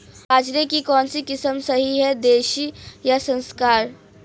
बाजरे की कौनसी किस्म सही हैं देशी या संकर?